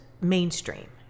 mainstream